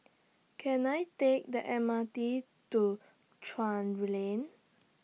Can I Take The M R T to Chuan Ray Lane